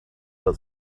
that